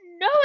No